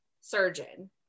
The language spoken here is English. surgeon